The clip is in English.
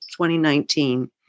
2019